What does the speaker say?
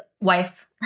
wife